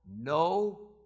no